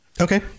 Okay